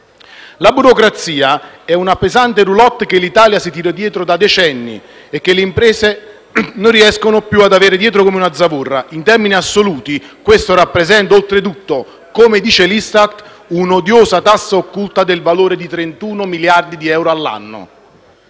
La burocrazia è una pesante *roulotte* che l'Italia si tira dietro da decenni e che le imprese non riescono più ad avere dietro come una zavorra. In termini assoluti, questo rappresenta oltretutto, come dice l'Istat, un'odiosa tassa occulta del valore di 31 miliardi di euro all'anno.